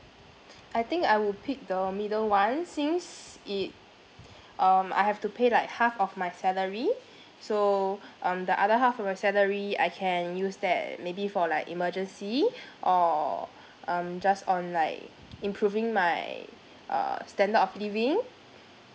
I think I will pick the middle one since it um I have to pay like half of my salary so um the other half of my salary I can use that maybe for like emergency or um just on like improving my uh standard of living